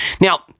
Now